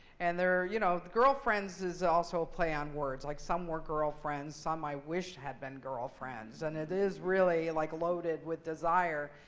and you know girlfriends is also a play on words. like, some were girlfriends. some i wish had been girlfriends. and it is really, like, loaded with desire.